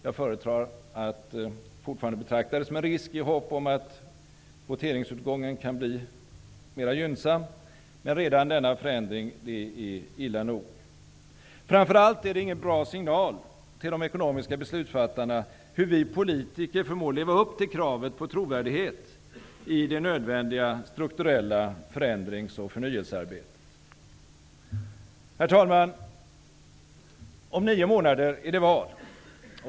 Jag föredrar att fortfarande betrakta det som en risk i hopp om att voteringsutgången skall bli mera gynnsam. Men redan denna förändring är illa nog. Framför allt är det ingen bra signal till de ekonomiska beslutsfattarna om hur vi politiker förmår leva upp till kravet på trovärdighet i det nödvändiga strukturella förändrings och förnyelsearbetet. Herr talman! Om nio månader är det val.